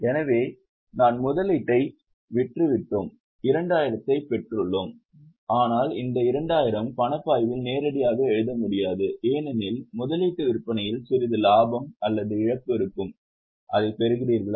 எனவே நாம் முதலீட்டை விற்றுவிட்டோம் 2000 ஐப் பெற்றுள்ளோம் ஆனால் இந்த 2000 ஐ பணப்பாய்வில் நேரடியாக எழுத முடியாது ஏனெனில் முதலீட்டு விற்பனையில் சிறிது லாபம் அல்லது இழப்பு இருக்கும் அதைப் பெறுகிறீர்களா